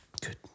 Good